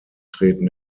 treten